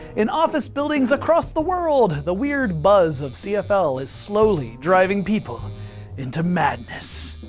in office buildings across the world, the weird buzz of cfl is slowly driving people into madness.